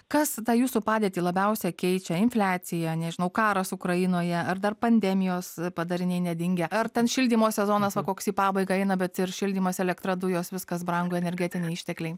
kas tą jūsų padėtį labiausia keičia infliacija nežinau karas ukrainoje ar dar pandemijos padariniai nedingę ar ten šildymo sezonas va koks į pabaigą eina bet šildymas elektra dujos viskas brango energetiniai ištekliai